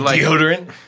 deodorant